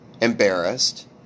Embarrassed